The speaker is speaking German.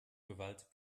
gewalt